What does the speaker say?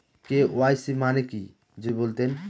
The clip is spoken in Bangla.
কে.ওয়াই.সি মানে কি যদি বলতেন?